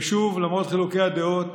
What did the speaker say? ושוב, למרות חילוקי הדעות